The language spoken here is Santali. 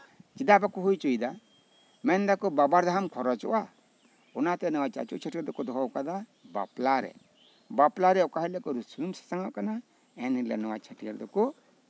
ᱪᱮᱫᱟᱜ ᱵᱟᱠᱚ ᱦᱩᱭ ᱦᱚᱪᱚᱭ ᱫᱟ ᱢᱮᱱᱫᱟᱠᱚ ᱵᱟᱵᱟᱨ ᱫᱷᱟᱣ ᱠᱷᱚᱨᱚᱪᱚᱜᱼᱟ ᱚᱱᱟᱛᱮ ᱱᱚᱣᱟ ᱪᱟᱪᱚ ᱪᱷᱟᱹᱴᱭᱟᱹᱨ ᱫᱚᱠᱚ ᱫᱚᱦᱚ ᱠᱟᱫᱟ ᱵᱟᱯᱞᱟᱨᱮ ᱵᱟᱯᱞᱟᱨᱮ ᱚᱠᱟ ᱦᱤᱞᱳᱜ ᱠᱚ ᱥᱩᱱᱩᱢ ᱥᱟᱥᱟᱝ ᱚᱜ ᱠᱟᱱᱟ ᱮᱱᱦᱤᱞᱳᱜ ᱱᱚᱣᱟ ᱪᱷᱟᱹᱴᱭᱟᱹᱨ ᱫᱚᱠᱚ